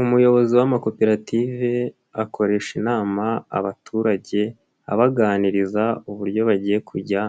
Umuyobozi w'amakoperative akoresha inama abaturage, abaganiriza uburyo bagiye kujya